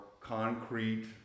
concrete